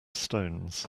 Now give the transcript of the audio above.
stones